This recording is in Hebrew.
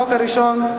החוק הראשון,